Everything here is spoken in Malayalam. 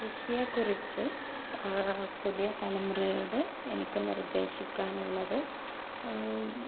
കൃഷിയെക്കുറിച്ച് പുതിയ തലമുറയോട് എനിക്ക് നിർദേശിക്കാനുള്ളത്